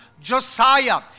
Josiah